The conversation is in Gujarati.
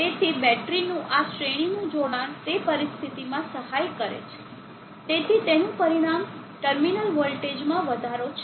તેથી બેટરીનું આ શ્રેણીનું જોડાણ તે પરિસ્થિતિમાં સહાય કરે છે તેથી તેનું પરિણામ ટર્મિનલ વોલ્ટેજમાં વધારો છે